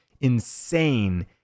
insane